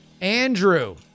Andrew